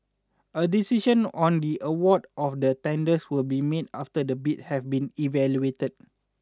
a decision on the award of the tenders will be made after the bids have been evaluated